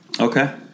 Okay